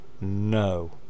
no